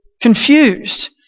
confused